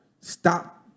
stop